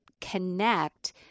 connect